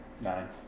Nine